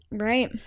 right